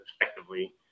effectively